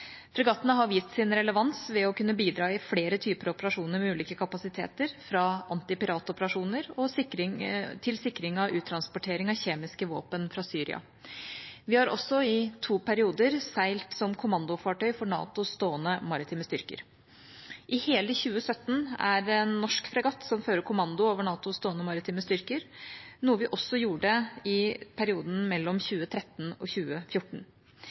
Fregattene har vist sin relevans ved å kunne bidra i flere typer operasjoner med ulike kapasiteter, fra antipiratoperasjoner til sikring av uttransportering av kjemiske våpen fra Syria. Vi har også i to perioder seilt som kommandofartøy for NATOs stående maritime styrker. I hele 2017 er det en norsk fregatt som fører kommando over NATOs stående maritime styrker, noe vi også gjorde i perioden